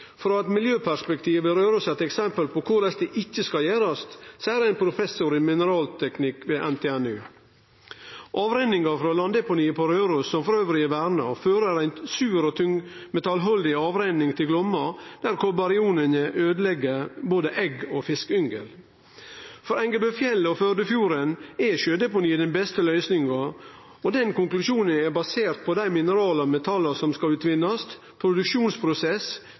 Frå eit miljøperspektiv er Røros eit eksempel på korleis det ikkje skal gjerast, seier ein professor i mineralteknikk ved NTNU. Avrenning frå landdeponiet på Røros, som elles er verna, fører ei sur og metallhaldig avrenning til Glomma, der kopariona øydelegg både egg og fiskeyngel. For Engebøfjellet og Førdefjorden er sjødeponi den beste løysinga, og den konklusjonen er basert på dei minerala og metalla som skal utvinnast,